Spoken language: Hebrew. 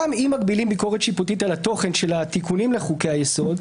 גם אם מגבילים ביקורת שיפוטית על התוכן של התיקונים לחוקי היסוד,